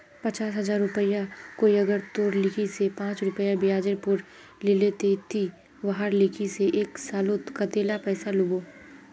पचास हजार रुपया कोई अगर तोर लिकी से पाँच रुपया ब्याजेर पोर लीले ते ती वहार लिकी से एक सालोत कतेला पैसा लुबो?